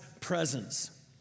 presence